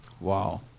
Wow